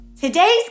Today's